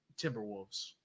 Timberwolves